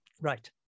Right